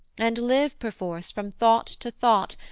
and live, perforce, from thought to thought,